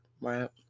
right